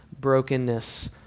brokenness